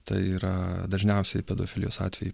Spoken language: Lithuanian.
tai yra dažniausiai pedofilijos atvejai